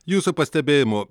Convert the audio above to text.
jūsų pastebėjimu